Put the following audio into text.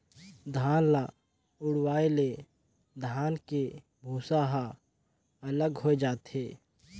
धान ल उड़वाए ले धान के भूसा ह अलग होए जाथे